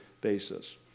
basis